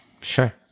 Sure